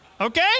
Okay